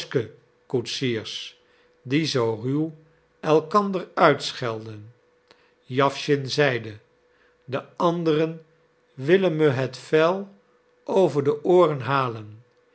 droschke koetsiers die zoo ruw elkander uitschelden jawschin zeide de anderen willen me het vel over de ooren halen